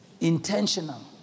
intentional